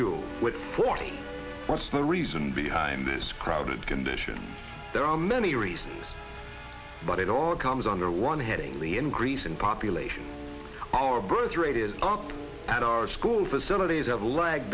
do with forty what's the reason behind this crowded condition there are many reasons but it all comes under one headingley increase in population our birth rate is up and our school facilities